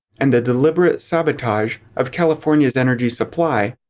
and the deliberate sabotage of california's energy supply,